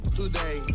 today